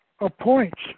appoints